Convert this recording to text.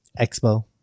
Expo